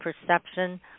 perception